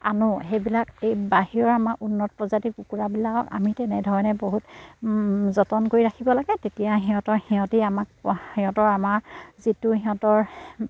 আনো সেইবিলাক এই বাহিৰৰ আমাৰ উন্নত প্ৰজাতি কুকুৰাবিলাকক আমি তেনেধৰণে বহুত যতন কৰি ৰাখিব লাগে তেতিয়া সিহঁতৰ সিহঁতি আমাক সিহঁতৰ আমাৰ যিটো সিহঁতৰ